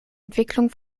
entwicklung